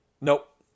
Nope